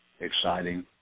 exciting